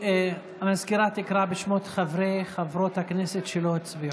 נגד המזכירה תקרא בשמות חברי וחברות הכנסת שלא הצביעו.